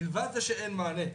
מלבד זה שאין מענה,